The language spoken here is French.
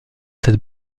cette